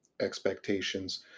expectations